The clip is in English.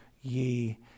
ye